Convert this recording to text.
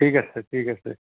ঠিক আছে ঠিক আছে